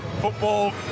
football